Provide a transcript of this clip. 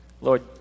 Lord